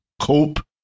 cope